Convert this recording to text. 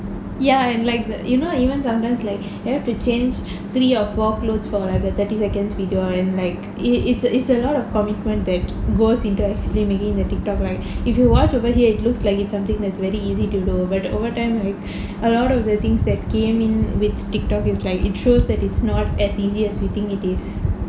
ya and like you know even sometimes like you have to change three or four clothes for like a thirty seconds video and like it it's a it's a lot of commitment that goes into actually making the TikTok right if you watch over here it looks like it's something that's very easy to do but the overtime right a lot of the things that came in with TikTok is like it shows that it's not as easy as we think it is